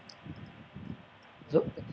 so